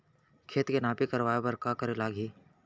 खेत के नापी करवाये बर का करे लागही?